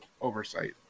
oversight